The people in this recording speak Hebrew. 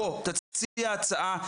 בוא תציע הצעה.